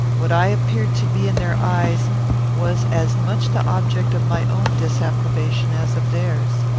what i appeared to be in their eyes was as much the object of my own disapprobation as of theirs.